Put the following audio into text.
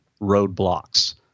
roadblocks